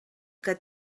que